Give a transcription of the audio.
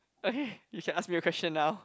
okay you can ask me a question now